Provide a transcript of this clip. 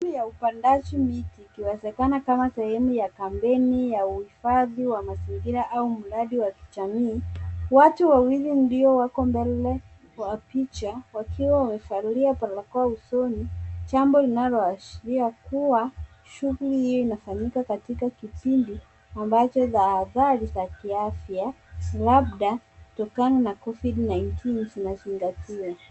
Sehemu ya upandaji miti ikiwezekana kama sehemu ya kampeni, ua uhifadhi wa mazingira au wa kijamii. Watu wawili ndio wako mbele ya picha wakiwa wamevalia barakoa usoni jambo linaloashiria kuwa shughuli hii inafanyika katika kipindi amacho ni tahadhari za kiafya labda kutokana na COVID 19.